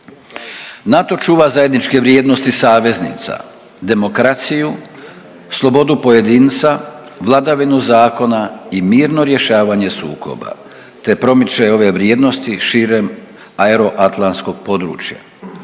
NATO čuva zajedničke vrijednosti saveznica, demokraciju, slobodu pojedinca, vladavinu zakona i mirno rješavanje sukoba te promiče ove vrijednosti širem aeroatlantskog područja.